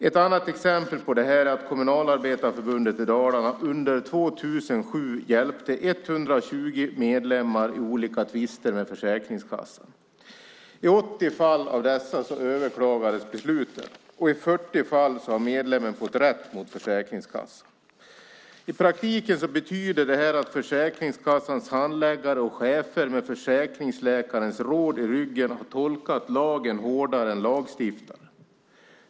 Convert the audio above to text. Ett annat exempel på det är att Kommunalarbetareförbundet i Dalarna under 2007 hjälpte 120 medlemmar i olika tvister med Försäkringskassan. I 80 av dessa fall överklagades beslutet, och i 40 fall har medlemmen fått rätt mot Försäkringskassan. I praktiken betyder detta att Försäkringskassans handläggare och chefer, med försäkringsläkarens råd i ryggen, har tolkat lagen hårdare än lagstiftaren.